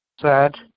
Sad